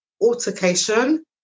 altercation